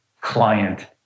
client